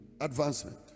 Advancement